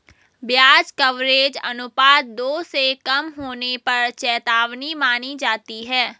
ब्याज कवरेज अनुपात दो से कम होने पर चेतावनी मानी जाती है